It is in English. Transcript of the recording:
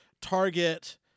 target